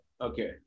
Okay